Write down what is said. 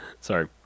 sorry